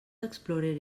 explorer